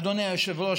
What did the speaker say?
אדוני היושב-ראש,